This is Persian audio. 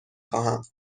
خواهم